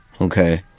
Okay